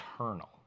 eternal